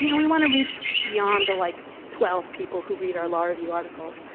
you know we want to reach beyond the like twelve people who read our law review articles.